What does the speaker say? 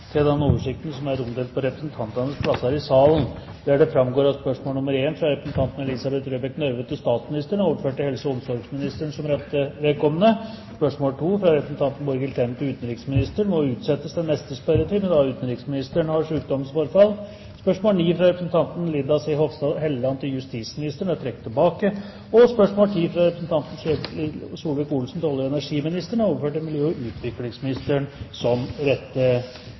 til den oversikten som er omdelt på representantenes plasser i salen. De foreslåtte endringene i dagens spørretime foreslås godkjent. – Det anses vedtatt. Endringene var som følger: Spørsmål 1, fra representanten Elisabeth Røbekk Nørve til statsministeren, er overført til helse- og omsorgsministeren som rette vedkommende. Spørsmål 2, fra representanten Borghild Tenden til utenriksministeren, utsettes til neste spørretime, da utenriksministeren har sykdomsforfall. Spørsmål 9, fra representanten Linda C. Hofstad Helleland til justisministeren, er trukket tilbake. Spørsmål 10, fra representanten Ketil Solvik-Olsen til olje- og energiministeren, er overført til miljø- og utviklingsministeren som